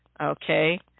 Okay